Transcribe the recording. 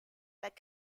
that